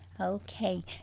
Okay